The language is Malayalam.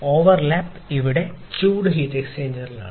ഓവർലാപ്പ് ഇവിടെ ചൂട് എക്സ്ചേഞ്ചറിലാണ്